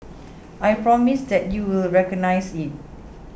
I promise that you will recognise it